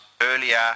earlier